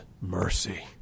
mercy